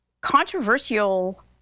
Controversial